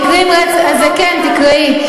זה כן, תקראי.